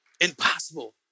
impossible